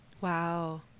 Wow